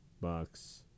Bucks